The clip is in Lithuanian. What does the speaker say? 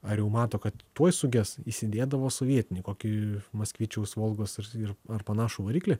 ar jau mato kad tuoj suges įsidėdavo sovietinį kokį maskvičiaus volgos ir ar panašų variklį